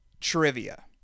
Trivia